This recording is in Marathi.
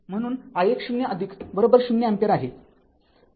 म्हणून i१0 ० अँपिअर आहे